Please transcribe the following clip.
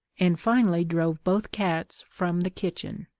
and finally drove both cats from the kitchen.